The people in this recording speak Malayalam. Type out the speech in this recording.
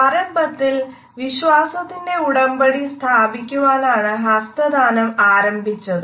പ്രാരംഭത്തിൽ വിശ്വാസത്തിന്റെ ഉടമ്പടി സ്ഥാപിക്കുവാനാണ് ഹസ്തദാനം ആരംഭിച്ചത്